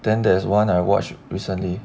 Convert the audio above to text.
then there's one I watch recently